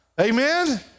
Amen